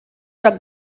joc